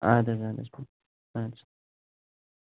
اَدٕ حظ اَدٕ حظ اَدٕ حظ